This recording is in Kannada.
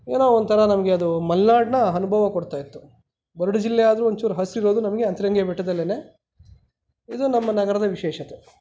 ಏನೋ ಒಂಥರ ನಮಗೆ ಅದು ಮಲೆನಾಡ್ನ ಅನ್ಭವ ಕೊಡ್ತಾ ಇತ್ತು ಬರಡು ಜಿಲ್ಲೆ ಆದರೂ ಒಂಚೂರು ಹಸಿರಿರೋದು ನಮಗೆ ಅಂತರಗಂಗೆ ಬೆಟ್ಟದಲ್ಲೇನೇ ಇದು ನಮ್ಮ ನಗರದ ವಿಶೇಷತೆ